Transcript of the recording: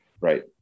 Right